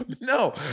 no